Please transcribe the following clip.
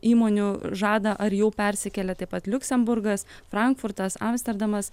įmonių žada ar jau persikėlė taip pat liuksemburgas frankfurtas amsterdamas